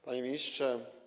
Panie Ministrze!